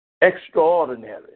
Extraordinary